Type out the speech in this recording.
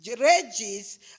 rages